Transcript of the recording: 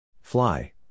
Fly